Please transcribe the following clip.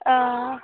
آ